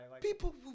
People